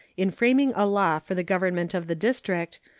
in framing a law for the government of the district,